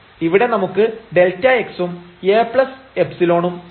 ഇവിടെ നമുക്ക് Δx ഉം Aϵ ഉം ഉണ്ട്